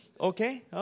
Okay